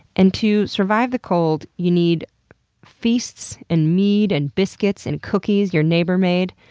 and to survive the cold, you need feasts, and mead, and biscuits, and cookies your neighbor made.